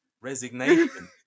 resignation